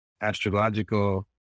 astrological